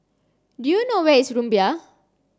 do you know where is Rumbia